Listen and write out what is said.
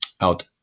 out